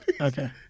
Okay